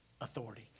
authority